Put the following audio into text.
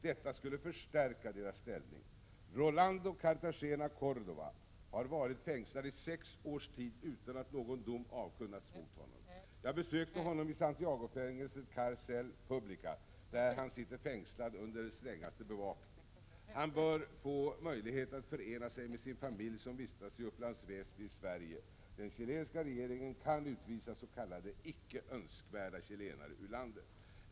Detta skulle förstärka deras ställning. Rolando Cartagena Cordoba har varit fängslad i sex års tid utan att någon dom avkunnats mot honom. Jag besökte honom i Santiagofängelset Carcel Publica, där han sitter fängslad under strängaste bevakning. Han bör få möjlighet att förena sig med sin familj som vistas i Upplands Väsby i Sverige. Den chilenska regeringen kan utvisas.k. icke önskvärda chilenare ur landet.